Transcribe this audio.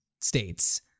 states